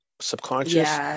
subconscious